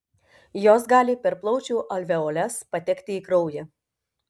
jos gali per plaučių alveoles patekti į kraują